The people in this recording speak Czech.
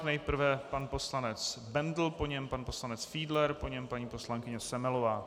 Nejprve pan poslanec Bendl, po něm pan poslanec Fiedler, po něm paní poslankyně Semelová.